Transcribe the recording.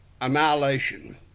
annihilation